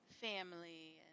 family